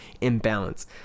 imbalance